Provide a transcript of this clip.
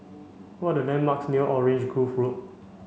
what are the landmarks near Orange Grove Road